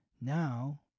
Now